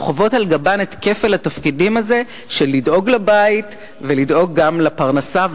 בעצם סוחבות על גבן את כפל התפקידים של לדאוג לבית ולדאוג גם לפרנסה,